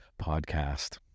podcast